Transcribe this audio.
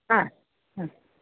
हा हा